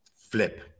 flip